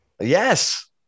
Yes